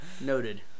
Noted